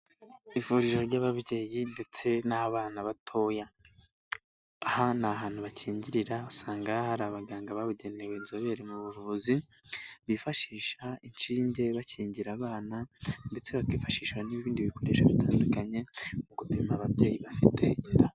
Ivuriro ry'ababyeyi ndetse n'abana batoya, aha ni ahantu bakingirira usanga hari abaganga babugenewe inzobere mu buvuzi, bifashisha inshinge bakingira abana ndetse bakifashisha n'ibindi bikoresho bitandukanye mu gupima ababyeyi bafite inda.